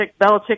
Belichick